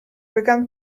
began